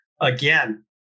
again